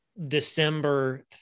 December